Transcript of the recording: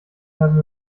have